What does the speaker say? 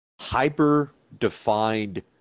hyper-defined